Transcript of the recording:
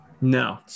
No